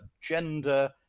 gender